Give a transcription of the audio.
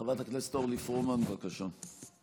חברת הכנסת אורלי פרומן, בבקשה.